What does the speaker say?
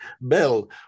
bell